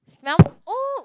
smell